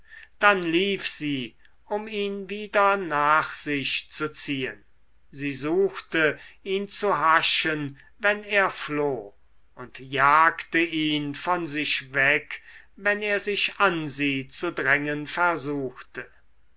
dann lief sie um ihn wieder nach sich zu ziehen sie suchte ihn zu haschen wenn er floh und jagte ihn von sich weg wenn er sich an sie zu drängen versuchte